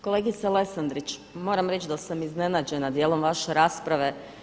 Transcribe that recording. Kolega Lesandrić, moram reći da sam iznenađena dijelom vaše rasprave.